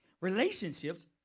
Relationships